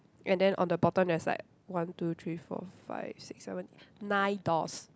and then on the bottom there's like one two three four five six seven nine doors